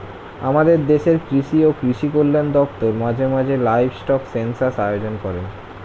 আমাদের দেশের কৃষি ও কৃষি কল্যাণ দপ্তর মাঝে মাঝে লাইভস্টক সেন্সাস আয়োজন করেন